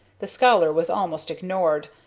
the scholar was almost ignored,